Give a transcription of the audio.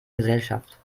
gesellschaft